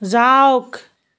যাওক